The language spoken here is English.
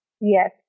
Yes